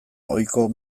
ohiko